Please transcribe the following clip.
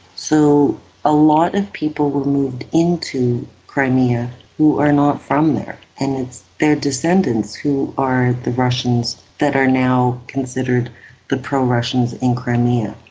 so a lot of people were moved into crimea who were not from there, and it's their descendants who are the russians that are now considered the pro-russians in crimea.